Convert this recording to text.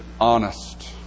honest